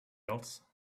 else